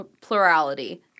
plurality